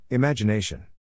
Imagination